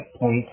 point